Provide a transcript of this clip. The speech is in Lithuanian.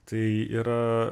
tai yra